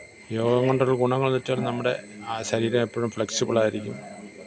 യോഗം കൊണ്ടൊരു ഗുണങ്ങള് വെച്ചാല് നമ്മുടെ ആ ശരീരം എപ്പോഴും ഫ്ലെക്സിബിളായിരിക്കും